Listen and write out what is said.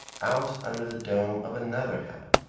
out under the dome of another heaven.